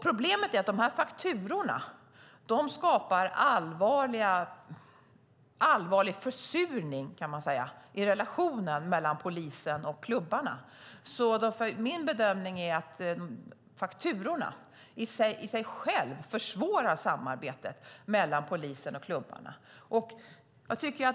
Problemet är att de här fakturorna skapar en allvarlig "försurning" i relationen mellan polisen och klubbarna. Det är min bedömning att fakturorna i sig själva försvårar samarbetet mellan polisen och klubbarna.